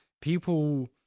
People